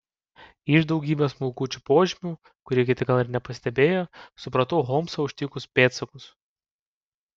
iš daugybės smulkučių požymių kurių kiti gal ir nepastebėjo supratau holmsą užtikus pėdsakus